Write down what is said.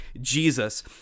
Jesus